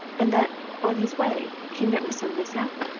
and that on his way he met with some mishap?